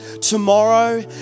tomorrow